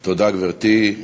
תודה, גברתי.